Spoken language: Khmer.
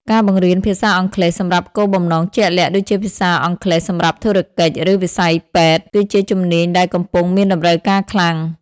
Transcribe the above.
ការបង្រៀនភាសាអង់គ្លេសសម្រាប់គោលបំណងជាក់លាក់ ដូចជាភាសាអង់គ្លេសសម្រាប់ធុរកិច្ច ឬវិស័យពេទ្យ គឺជាជំនាញដែលកំពុងមានតម្រូវការខ្លាំង។